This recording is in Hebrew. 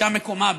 שם מקומה,